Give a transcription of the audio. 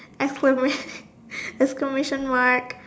exclamation exclamation mark